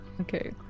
Okay